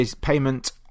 payment